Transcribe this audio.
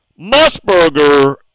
Musburger